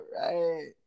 right